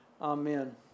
amen